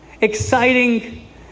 exciting